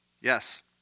Yes